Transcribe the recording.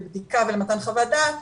לבדיקה ולמתן חוות דעת,